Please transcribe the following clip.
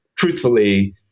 truthfully